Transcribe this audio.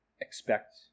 expect